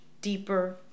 deeper